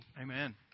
Amen